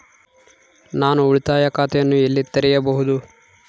ನಾನು ಉಳಿತಾಯ ಖಾತೆಯನ್ನು ಎಲ್ಲಿ ತೆರೆಯಬಹುದು?